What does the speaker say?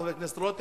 חבר הכנסת רותם?